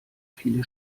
viele